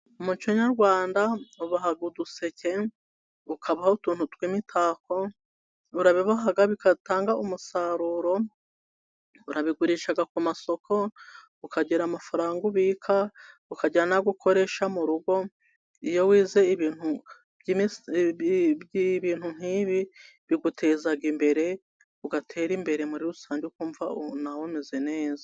Mumuco nyarwanda baboha uduseke, bakaboha utuntu twimitako, barabiboha bigatanga umusaruro, urabigurisha ku masoko ukagira amafaranga ubika ukajyira nayo gukoresha mu rugo, iyo wize ibintu nk'ibi biguteza imbere ugatera imbere muri rusange ukumva nawe umeze neza.